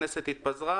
הכנסת התפזרה,